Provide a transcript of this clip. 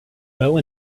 bow